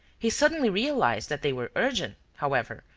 he suddenly realized that they were urgent, however,